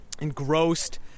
engrossed